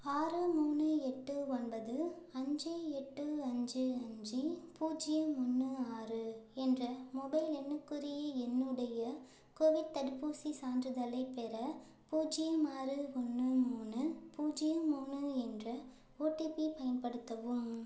ஆறு மூணு எட்டு ஒன்பது அஞ்சு எட்டு அஞ்சு அஞ்சு பூஜ்ஜியம் ஒன்று ஆறு என்ற மொபைல் எண்ணுக்குரிய என்னுடைய கோவிட் தடுப்பூசி சான்றிதழை பெற பூஜ்ஜியம் ஆறு ஒன்று மூணு பூஜ்ஜியம் மூணு என்ற ஓடிபியை பயன்படுத்தவும்